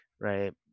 right